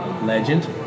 legend